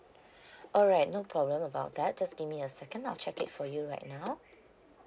alright no problem about that just give me a second I'll check it for you right now